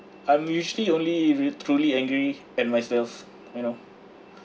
I'm usually only will be truly angry at myself you know